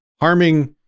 harming